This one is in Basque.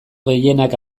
gehienak